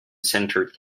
centered